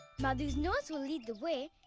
madhu's nose will lead the way,